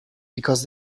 because